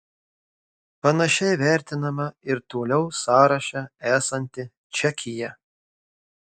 panašiai vertinama ir toliau sąraše esanti čekija